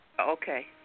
Okay